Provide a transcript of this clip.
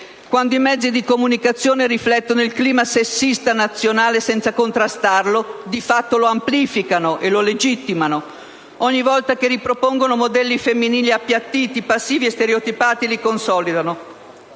Quando i mezzi di comunicazione riflettono il clima sessista nazionale senza contrastarlo, di fatto lo amplificano e lo legittimano. Ogni volta che ripropongono modelli femminili appiattiti, passivi e stereotipati, li consolidano.